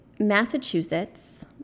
Massachusetts